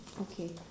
Okay